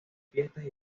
fiestas